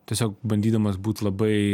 tiesiog bandydamas būt labai